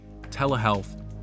Telehealth